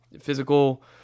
physical